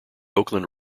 oakland